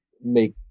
make